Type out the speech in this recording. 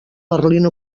berlín